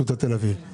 גם